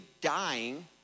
dying